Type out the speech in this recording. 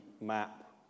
map